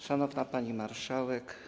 Szanowna Pani Marszałek!